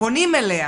כשפונים אליה